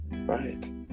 Right